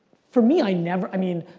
for me, i never, i mean,